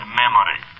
memory